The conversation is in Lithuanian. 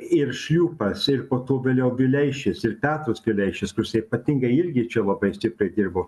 ir šliūpas ir po to dėl jo vileišis ir petras vileišis kur jisai ypatingai irgi čia labai stipriai dirbo